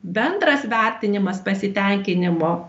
bendras vertinimas pasitenkinimo